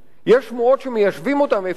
יש שמועות שמיישבים אותם איפשהו,